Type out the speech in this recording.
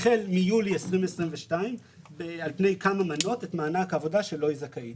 החל מיולי 2022 על פני כמה מנות את מענק העבודה לו היא זכאית.